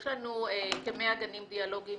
יש לנו כ-100 גנים דיאלוגים